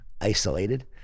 isolated